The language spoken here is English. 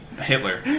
Hitler